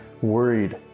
Worried